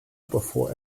bevor